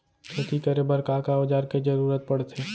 खेती करे बर का का औज़ार के जरूरत पढ़थे?